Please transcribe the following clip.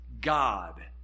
God